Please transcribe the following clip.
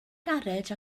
garej